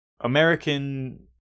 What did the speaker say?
American